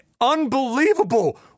unbelievable